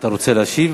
אתה רוצה להשיב,